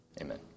Amen